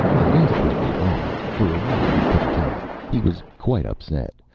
i asked what was wrong. for awhile he couldn't tell me. he was quite upset.